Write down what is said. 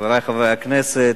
חברי חברי הכנסת,